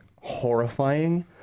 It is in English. horrifying